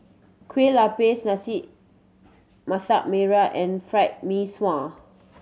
Kueh Lapis Masak Merah and Fried Mee Sua